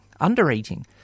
undereating